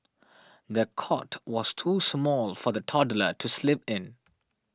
the cot was too small for the toddler to sleep in